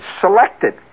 selected